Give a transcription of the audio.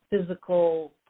physical